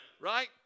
Right